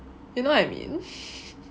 you know what I mean